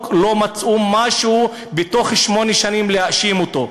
לא מצאו משהו בתוך שמונה שנים להאשים אותו?